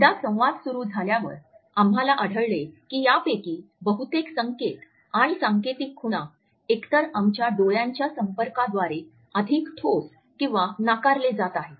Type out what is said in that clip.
एकदा संवाद सुरू झाल्यावर आम्हाला आढळले की यापैकी बहुतेक संकेत आणि सांकेतिक खूणा एकतर आमच्या डोळ्यांच्या संपर्काद्वारे अधिक ठोस किंवा नाकारले जात आहेत